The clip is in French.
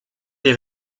des